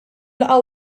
laqgħa